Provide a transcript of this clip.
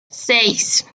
seis